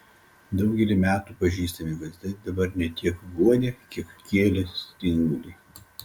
daugelį metų pažįstami vaizdai dabar ne tiek guodė kiek kėlė stingulį